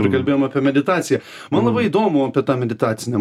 ir kalbėjom apie meditaciją man labai įdomu apie tą meditacinę